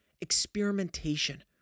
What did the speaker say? Experimentation